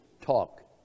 talk